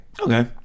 Okay